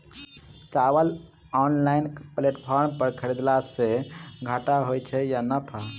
चावल online platform पर खरीदलासे घाटा होइ छै या नफा?